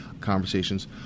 conversations